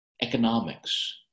economics